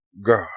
God